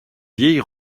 vieille